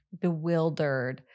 bewildered